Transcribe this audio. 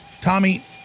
Tommy